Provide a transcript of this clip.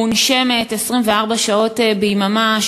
מונשמת 24 שעות ביממה,